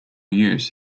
use